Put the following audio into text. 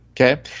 okay